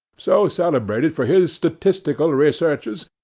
so celebrated for his statistical researches,